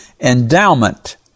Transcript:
endowment